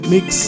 Mix